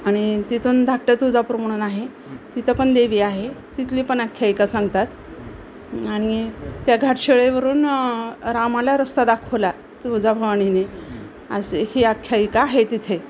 आणि तिथून धाकट्या तुळजापूर म्हणून आहे तिथं पण देवी आहे तिथली पण आख्यायिका सांगतात आणि त्या घाटशिळेवरून रामाला रस्ता दाखवला तुळजाभवानीने असे ही आख्यायिका आहे तिथे